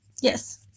Yes